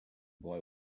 boy